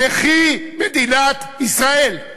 תחי מדינת ישראל!